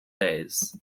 days